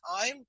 time